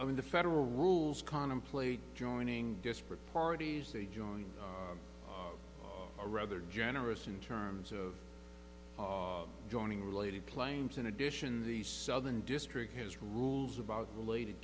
i mean the federal rules contemplate joining disparate parties they join rather generous in terms of joining related claims in addition the southern district has rules about related